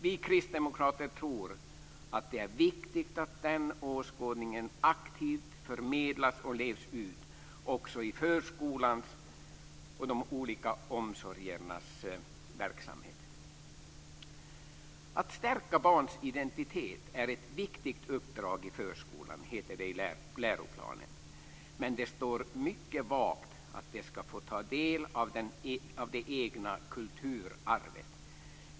Vi kristdemokrater tror att det är viktigt att den åskådningen aktivt förmedlas och lärs ut också i förskolans och i de olika omsorgsformernas verksamhet. Att stärka barns identitet är ett viktigt uppdrag i förskolan, heter det i läroplanen, men det står mycket vagt att de skall få ta del av det egna kulturarvet.